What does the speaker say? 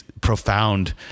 profound